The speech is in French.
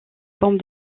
forme